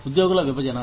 ఉద్యోగుల విభజన